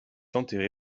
enterré